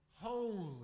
holy